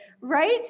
right